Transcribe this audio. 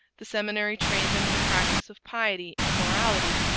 the seminary trained them in the practice of piety and morality.